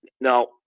Now